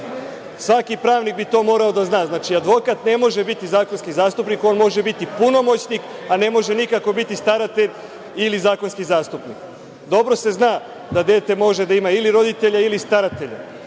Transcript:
Svaki pravnik bi to morao da zna. Znači, advokat ne može biti zakonski zastupnik, on može biti punomoćnik, a ne može nikako biti staratelj, ili zakonski zastupnik. Dobro se zna da dete može da ima ili roditelje ili staratelje,